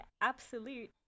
absolute